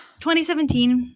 2017